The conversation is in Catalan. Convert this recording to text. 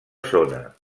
zona